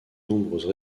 nombreuses